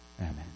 Amen